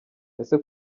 ese